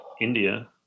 India